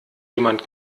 jemand